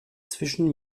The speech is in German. zwischen